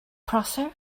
prosser